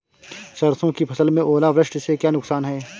सरसों की फसल में ओलावृष्टि से क्या नुकसान है?